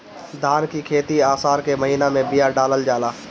धान की खेती आसार के महीना में बिया डालल जाला?